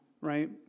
right